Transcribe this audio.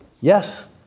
Yes